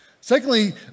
Secondly